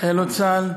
לחיילות צה"ל.